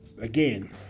Again